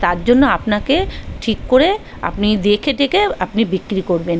তার জন্য আপনাকে ঠিক করে আপনি দেখে টেখে আপনি বিক্রি করবেন